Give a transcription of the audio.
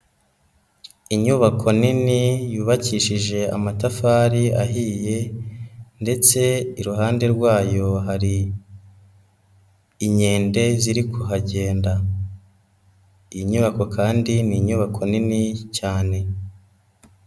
Inyubako nini yubakishije amatafari ahiye ndetse iruhande rwayo hari inkende ziri kuhagenda, iyi nyubako kandi ni inyubako nini cyane.